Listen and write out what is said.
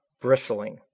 bristling